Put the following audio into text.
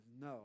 no